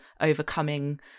overcoming